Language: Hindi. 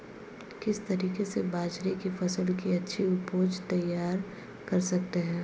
किस तरीके से बाजरे की फसल की अच्छी उपज तैयार कर सकते हैं?